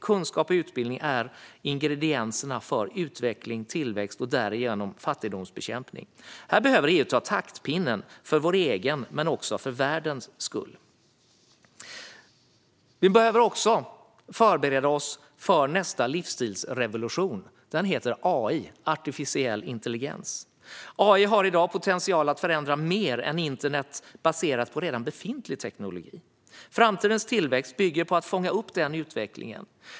Kunskap och utbildning är ingredienserna för utveckling, tillväxt och därigenom fattigdomsbekämpning. Här behöver EU ta taktpinnen - för vår egen men också för världens skull. Vi behöver också förbereda oss för nästa livsstilsrevolution. Den heter AI, artificiell intelligens. AI har i dag potential att förändra mer än internet baserat på redan befintlig teknik. Framtidens tillväxt bygger på att fånga upp den utvecklingen.